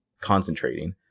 concentrating